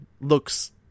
looks